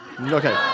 okay